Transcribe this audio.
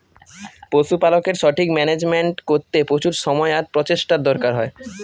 পশুপালকের সঠিক মান্যাজমেন্ট করতে প্রচুর সময় আর প্রচেষ্টার দরকার হয়